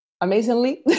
amazingly